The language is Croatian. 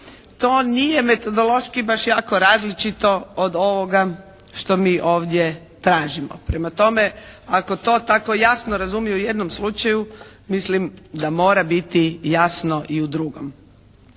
to nije metodološki baš jako različito od ovoga što mi ovdje tražimo. Prema tome, ako to tako jasno razumiju u jednom slučaju mislim da mora biti jasno i u drugom.